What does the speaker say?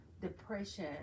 depression